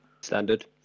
standard